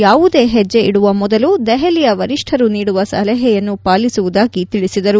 ಯಾವುದೇ ಹೆಜ್ಲೆ ಇಡುವ ಮೊದಲು ದೆಹಲಿಯ ವರಿಷ್ಠರು ನೀಡುವ ಸಲಹೆಯನ್ನು ಪಾಲಿಸುವುದಾಗಿ ತಿಳಿಸಿದರು